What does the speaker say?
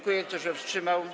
Kto się wstrzymał?